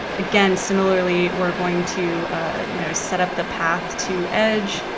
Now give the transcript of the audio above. again, similarly, we're going to you know set up the path to edge.